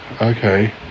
Okay